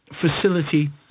facility